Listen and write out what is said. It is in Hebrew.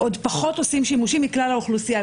עוד פחות עושים שימושים מכלל האוכלוסייה.